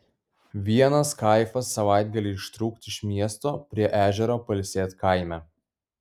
vienas kaifas savaitgalį ištrūkt iš miesto prie ežero pailsėt kaime